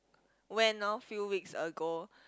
when orh few weeks ago